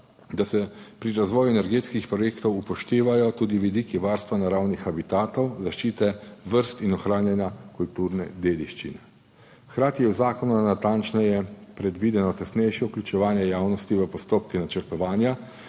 da se pri razvoju energetskih projektov upoštevajo tudi vidiki varstva naravnih habitatov, zaščite vrst in ohranjanja kulturne dediščine. Hkrati je v zakonu natančneje predvideno tesnejše vključevanje javnosti v postopke načrtovanja